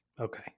Okay